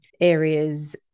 areas